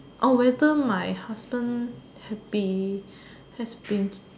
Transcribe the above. whether my husband had been has been